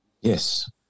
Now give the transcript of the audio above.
Yes